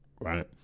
Right